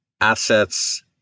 assets